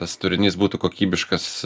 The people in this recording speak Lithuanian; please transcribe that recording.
tas turinys būtų kokybiškas